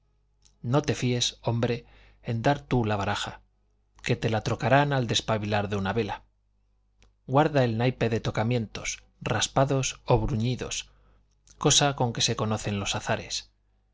no te fíes hombre en dar tú la baraja que te la trocarán al despabilar de una vela guarda el naipe de tocamientos raspados o bruñidos cosa con que se conocen los azares